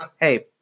Hey